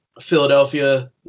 Philadelphia